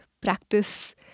practice